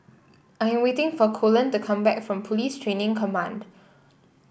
I am waiting for Colleen to come back from Police Training Command